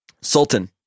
Sultan